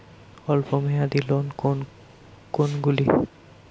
অল্প মেয়াদি লোন কোন কোনগুলি?